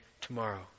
tomorrow